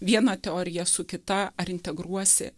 vieną teoriją su kita ar integruojasi